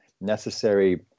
necessary